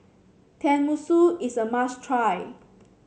tenmusu is a must try